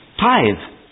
Tithe